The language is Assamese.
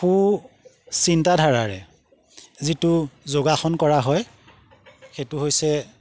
সু চিন্তাধাৰাৰে যিটো যোগাসন কৰা হয় সেইটো হৈছে